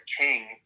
King